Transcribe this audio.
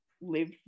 live